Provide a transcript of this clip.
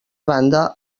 banda